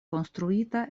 konstruita